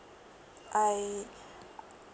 I